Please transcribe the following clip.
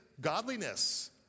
godliness